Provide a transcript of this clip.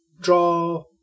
draw